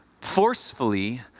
forcefully